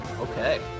Okay